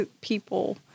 people